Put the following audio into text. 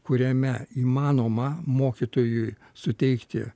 kuriame įmanoma mokytojui suteikti